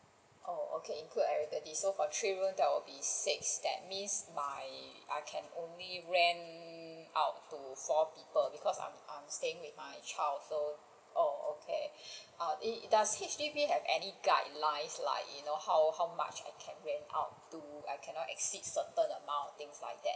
oh okay good already so for three room so that will be six so that means my I can only rent out to four people because I'm I'm staying with my child so oh okay ah does H_D_B have any guidelines like you know how how much I can rent out to like cannot exceed certain amount things like that